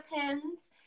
pins